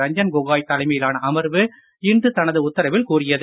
ரஞ்சன் கோகாய் தலைமையிலான அமர்வு இன்று தனது உத்தரவில் கூறியது